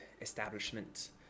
establishment